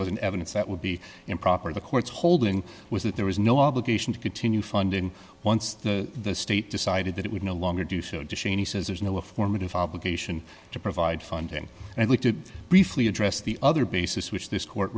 an evidence that would be improper the court's holding was that there was no obligation to continue funding once the the state decided that it would no longer do so dick cheney says there's no a formative obligation to provide funding and i'd like to briefly address the other basis which this court